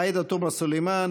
עאידה תומה סלימאן,